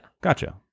Gotcha